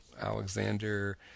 Alexander